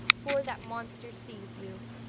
before that monster sees you